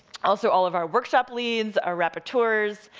also, all of our workshop leads, our repeteurs,